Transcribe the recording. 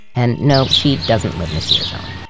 and no, she doesn't live in a sears home.